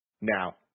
now